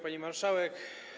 Pani Marszałek!